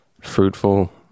fruitful